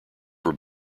were